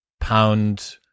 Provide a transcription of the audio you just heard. pound